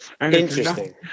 Interesting